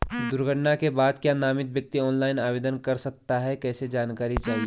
दुर्घटना के बाद क्या नामित व्यक्ति ऑनलाइन आवेदन कर सकता है कैसे जानकारी चाहिए?